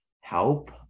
help